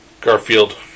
Garfield